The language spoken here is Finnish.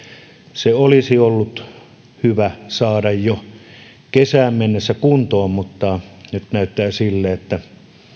se olisi ollut hyvä saada jo kesään mennessä kuntoon mutta nyt näyttää siltä että